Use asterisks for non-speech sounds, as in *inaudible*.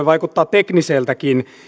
*unintelligible* vaikuttaa tekniseltäkin